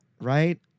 right